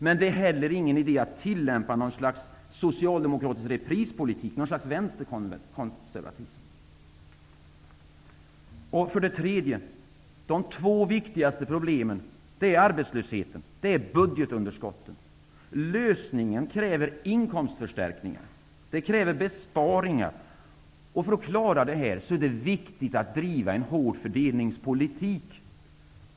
Men det är inte heller någon idé att tillämpa något slags socialdemokratisk reprispolitik eller vänsterkonservatism. De två viktigaste problemen är arbetslösheten och budgetunderskottet. Lösningen kräver inkomstförstärkningar och besparingar. För att klara detta är det oerhört viktigt att driva en hård fördelningspolitik.